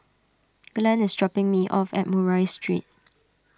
Glen is dropping me off at Murray Street